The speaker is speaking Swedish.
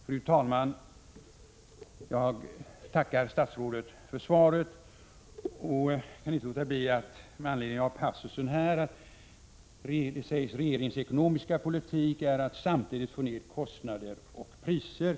Fru talman! Jag tackar statsrådet för svaret. Med anledning av passusen ”Regeringens ekonomiska politik eftersträvar att samtidigt få ned kostnader och priser.